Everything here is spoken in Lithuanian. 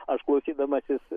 aš klausydamasis